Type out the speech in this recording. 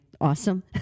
awesome